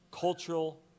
Cultural